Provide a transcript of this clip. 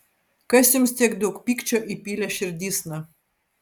kas jums tiek daug pykčio įpylė širdysna